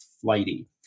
flighty